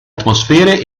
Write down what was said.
atmosfere